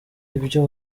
ibyo